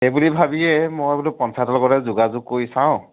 এইবুলি ভাবিয়ে মই বোলো পঞ্চায়তৰ লগতে যোগাযোগ কৰি চাওঁ